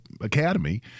academy